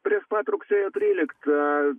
prieš pat rugsėjo tryliktą